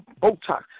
Botox